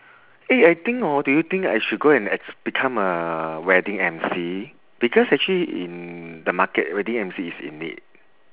eh I think hor do you think I should go and become a wedding emcee because actually in the market wedding emcee is in need